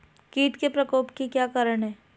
कीट के प्रकोप के क्या कारण हैं?